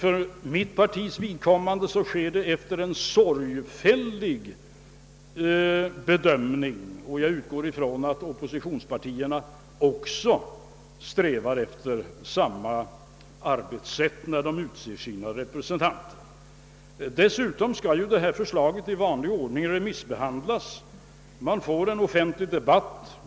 I mitt parti sker det efter en sorgfällig bedömning, och jag utgår från att oppositionspartierna också arbetar på det sättet när de utser sina representanter. Dessutom skall kapitalskatteberedningens förslag i vanlig ordning remissbehandlas, och det kommer att bli en offentlig debatt i frågan.